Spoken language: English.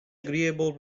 agreeable